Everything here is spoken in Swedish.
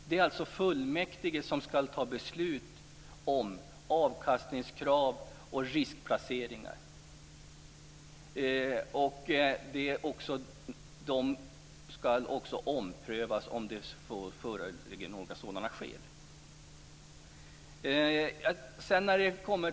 Det är fullmäktige som skall ta beslut om avkastningskrav och riskplaceringar och som även skall göra eventuella omprövningar av reglerna.